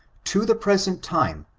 to the present time,